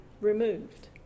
removed